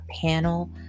panel